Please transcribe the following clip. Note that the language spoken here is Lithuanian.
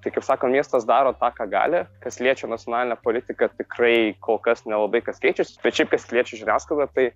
tai kaip sako miestas daro tą ką gali kas liečia nacionalinę politiką tikrai kol kas nelabai kas keičiasi bet šiaip kas liečia žiniasklaidą tai